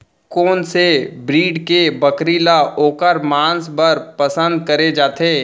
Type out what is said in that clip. कोन से ब्रीड के बकरी ला ओखर माँस बर पसंद करे जाथे?